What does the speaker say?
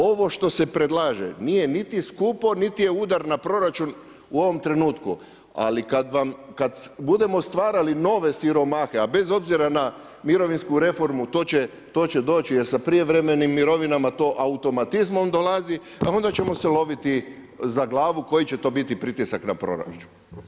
Ovo što se predlaže nije niti skupo niti je udar na proračun u ovom trenutku, ali kad budemo stvarali nove siromahe, a bez obzira na mirovinsku reformu to će doći jer sa prijevremenim mirovinama to automatizmom dolazi, a onda ćemo se loviti za glavu koji će to biti pritisak na proračun.